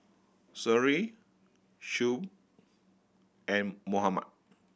Seri Shuib and Muhammad